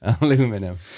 Aluminum